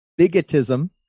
bigotism